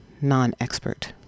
non-expert